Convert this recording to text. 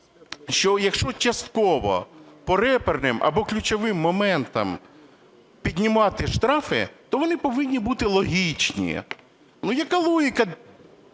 що якщо частково по реперним, або ключовим, моментам піднімати штрафи, то вони повинні бути логічні. Ну яка логіка